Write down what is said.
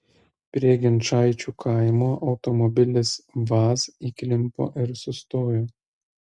prie ginčaičių kaimo automobilis vaz įklimpo ir sustojo